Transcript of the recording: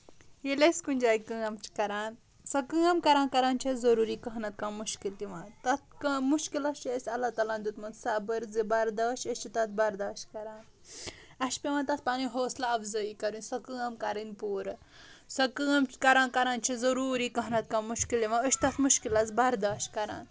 ییٚلہِ أسۍ کُنہِ جایہِ کٲم چھِ کران سۄ کٲم کران کران چھِ ضروٗری کانٛہہ نَہ تہٕ کانٛہہ مُشکِل یِوان تَتھ مُشکِلس چھِ اَسہِ اللہ تعالیٰ ہَن دِتمُت صبر زِ برداش أسۍ چھِ تَتھ برداش کران اَسہِ چُھ پیٚوان تَتھ پَنٕنۍ حوصلہٕ افزٲیی کَرٕنۍ سۄ کٲم کَرٕنۍ پوٗرٕ سۄ کٲم کران کران چھِ ضروٗری کانٛہہ نَہ تہٕ کانٛہہ مُشکِل یِوان أسۍ چھِ تَتھ مُشکِلس برداش کران